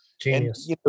Genius